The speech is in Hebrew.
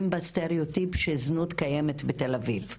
בסטראוטיפ שזנות קיימת בתל אביב וזהו.